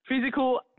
Physical